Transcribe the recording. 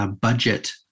budget